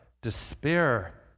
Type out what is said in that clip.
despair